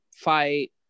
fight